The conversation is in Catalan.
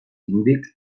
índic